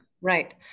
Right